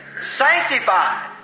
sanctified